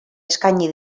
eskaini